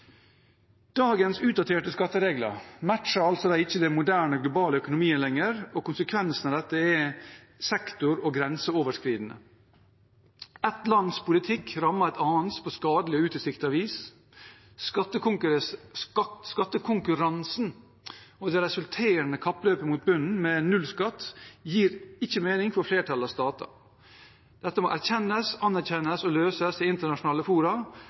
Dagens utdaterte skatteregler matcher altså ikke den moderne, globale økonomien lenger, og konsekvensene av dette er sektor- og grenseoverskridende. Ett lands politikk rammer et annens på skadelig og utilsiktet vis. Skattekonkurransen og det resulterende kappløpet mot bunnen med nullskatt gir ikke mening for flertallet av stater. Dette må erkjennes, anerkjennes og løses i internasjonale fora.